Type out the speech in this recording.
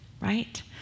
right